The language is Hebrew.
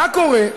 מה קורה?